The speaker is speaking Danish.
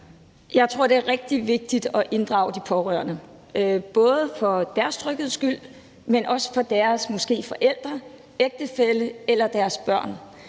Jeg tror, det er rigtig vigtigt at inddrage de pårørende, både for deres trygheds skyld, men også for deres forældre, ægtefælle eller deres børns.